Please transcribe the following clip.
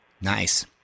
Nice